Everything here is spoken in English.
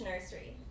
nursery